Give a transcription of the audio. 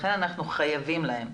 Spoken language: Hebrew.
לכן אנחנו חייבים להם.